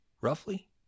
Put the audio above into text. roughly